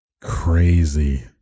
crazy